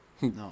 No